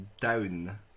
down